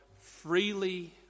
freely